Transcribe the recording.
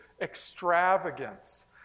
extravagance